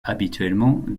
habituellement